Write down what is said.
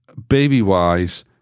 Babywise